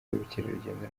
y’ubukerarugendo